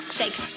shake